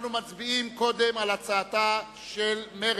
אנחנו מצביעים קודם על הצעתה של מרצ,